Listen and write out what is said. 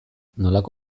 nolako